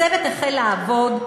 הצוות החל לעבוד,